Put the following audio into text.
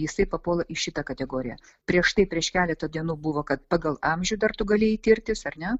jisai papuola į šitą kategoriją prieš tai prieš keletą dienų buvo kad pagal amžių dar tu galėjai tirtis ar ne